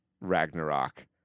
Ragnarok